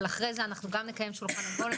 אבל אחרי זה גם נקיים שולחן עגול,